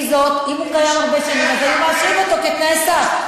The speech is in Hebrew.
אם הוא קיים הרבה שנים אז היו מאשרים אותו כתנאי סף,